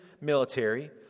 military